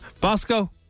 Bosco